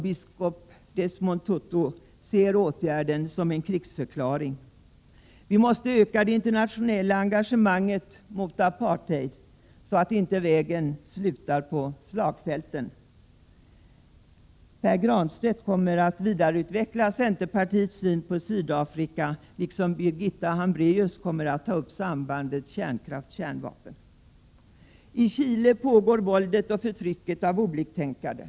Biskop Desmond Tutu ser åtgärden som en krigsförklaring. Vi måste öka det internationella engagemanget mot apartheid, så att inte vägen slutar på slagfältet. Pär Granstedt kommer att vidareutveckla centerns syn på Sydafrika, och Birgitta Hambraeus kommer att ta upp sambandet kärnkraft — kärnvapen. I Chile pågår våldet och förtrycket mot oliktänkande.